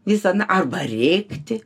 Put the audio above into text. visą arba rėkti